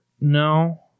No